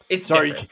Sorry